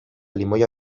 limoia